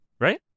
Right